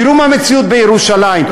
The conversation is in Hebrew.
תראו מה המציאות בירושלים.